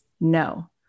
no